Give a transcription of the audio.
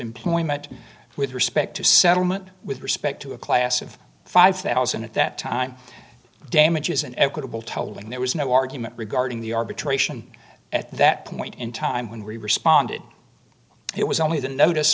employment with respect to settlement with respect to a class of five thousand at that time damages an equitable told and there was no argument regarding the arbitration at that point in time when we responded it was only the notice